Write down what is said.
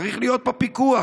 צריך להיות פה פיקוח.